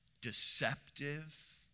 deceptive